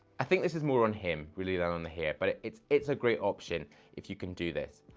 i think this is more on him really than on the hair, but it's it's a great option if you can do this.